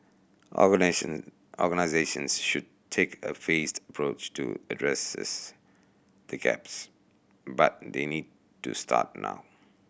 organisations should take a phased approach to addresses the gaps but they need to start now